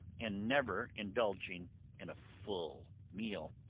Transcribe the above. and never indulging in a full meal.